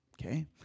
Okay